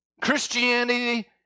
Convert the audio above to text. Christianity